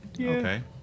Okay